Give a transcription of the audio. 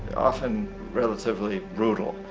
often relatively brutal.